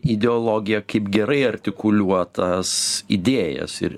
ideologiją kaip gerai artikuliuotas idėjas ir